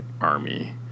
army